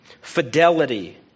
fidelity